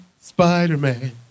Spider-Man